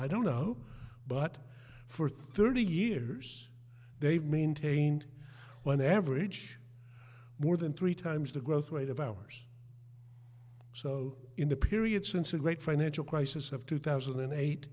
i don't know but for thirty years they've maintained when average more than three times the growth rate of ours so in the period since the great financial crisis of two thousand and eight